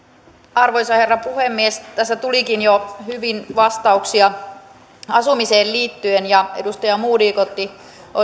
arvoisa rouva puhemies tässä tulikin jo hyvin vastauksia asumiseen liittyen ja edustaja modig otti